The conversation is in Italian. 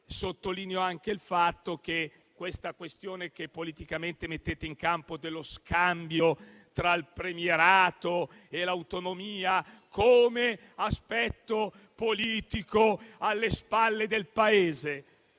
sottolineo che la questione, che politicamente mettete in campo, dello scambio tra il premierato e l'autonomia, come aspetto politico alle spalle del Paese,